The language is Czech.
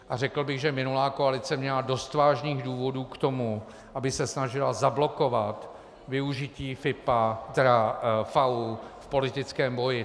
A řekl bych, že minulá koalice měla dost vážných důvodů k tomu, aby se snažila zablokovat využití FAÚ v politickém boji.